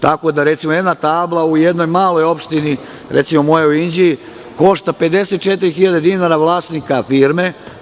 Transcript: Tako da, recimo, jedna tabla u jednoj maloj opštini, recimo mojoj Inđiji, košta 54.000 dinara vlasnika firme.